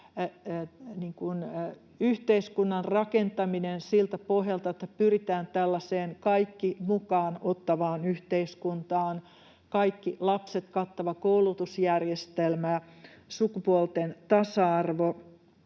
yhteiskunnan rakentaminen siltä pohjalta, että pyritään tällaiseen kaikki mukaan ottavaan yhteiskuntaan, kaikki lapset kattava koulutusjärjestelmä, sukupuolten tasa-arvo,